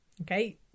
Okay